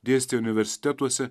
dėstė universitetuose